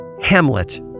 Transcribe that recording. Hamlet